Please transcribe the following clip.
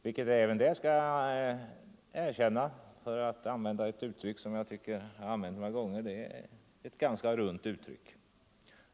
Jag skall erkänna att detta är en ganska rund definition.